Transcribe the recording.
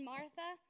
Martha